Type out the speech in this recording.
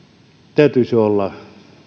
täytyisi olla